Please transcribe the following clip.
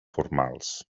formals